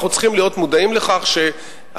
אנחנו צריכים להיות מודעים לכך שעשוי,